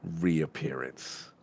reappearance